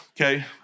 okay